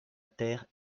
terre